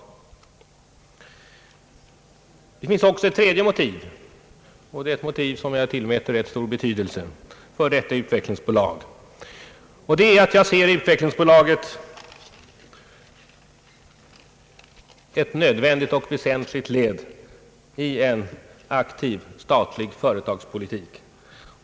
Det finns även ett tredje motiv, ett motiv som jag tillmäter stor betydelse för detta utvecklingsbolag. Jag ser nämligen utvecklingsbolaget såsom ett nödvändigt och väsentligt led i en aktiv statlig företagspolitik.